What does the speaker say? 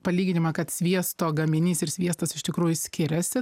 palyginimą kad sviesto gaminys ir sviestas iš tikrųjų skiriasi